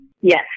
Yes